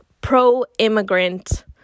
pro-immigrant